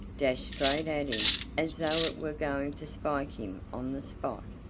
dashed straight at him as though it were going to spike him on the spot.